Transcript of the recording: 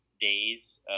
days